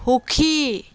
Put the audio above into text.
সুখী